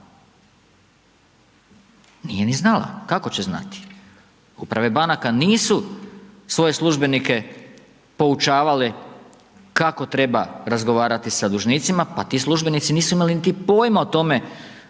Nije ni znala, kako će znati, uprave banaka nisu svoje službenike poučavale kako treba razgovarati sa dužnicima, pa ti službenici nisu imali niti pojma o tome